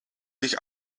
sich